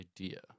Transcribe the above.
idea